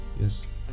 Yes